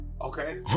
Okay